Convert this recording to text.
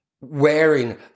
wearing